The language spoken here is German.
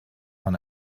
von